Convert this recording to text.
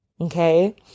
okay